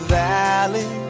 valley